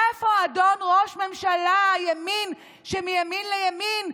איפה אדון ראש הממשלה של הימין שמימין לימין,